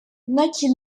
naquit